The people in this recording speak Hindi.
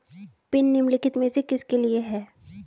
पिन निम्नलिखित में से किसके लिए है?